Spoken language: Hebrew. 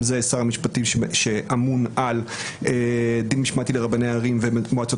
אם זה שר המשפטים שאמון על דין משמעתי לרבני ערים ומועצות